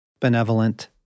benevolent